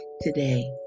today